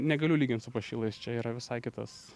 negaliu lygint su pašilais čia yra visai kitas